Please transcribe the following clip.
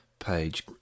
page